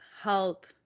help